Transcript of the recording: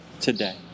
today